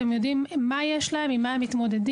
הם יודעים מה יש להם ועם מה הם מתמודדים.